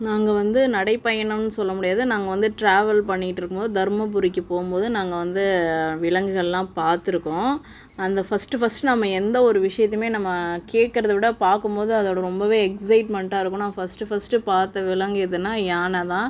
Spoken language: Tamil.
நாங்கள் வந்து நடைப்பயணம்னு சொல்ல முடியாது நாங்கள் வந்து ட்ராவல் பண்ணிக்கிட்டுருக்கும் போது தர்மபுரிக்கு போகும் போது நாங்கள் வந்து விலங்குகளெலாம் பார்த்துருக்கோம் அந்த ஃபஸ்ட்டு ஃபஸ்ட்டு நம்ம எந்தவொரு விஷியத்தியுமே நம்ம கேட்கறத விட பார்க்கும் போது அதோடய ரொம்பவே எக்ஸைட்மென்ட்டாக இருக்கும் நான் ஃபஸ்ட்டு ஃபஸ்ட்டு பார்த்த விலங்கு எதுனா யானை தான்